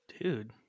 Dude